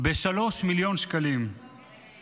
ב-3 מיליון שקלים,